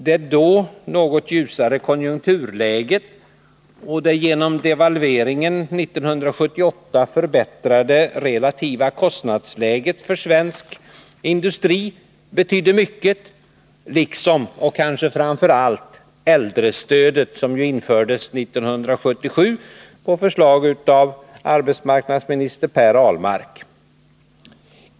Det då något ljusare konjunkturläget och det genom devalveringen 1978 förbättrade relativa kostnadsläget för svensk industri betydde mycket, liksom och kanske framför allt äldrestödet, som ju infördes 1977 på förslag av arbetsmarknadsminister Per Ahlmark.